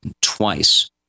twice